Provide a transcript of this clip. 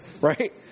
right